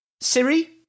Siri